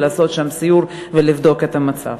לעשות שם סיור ולבדוק את המצב.